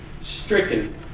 stricken